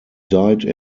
died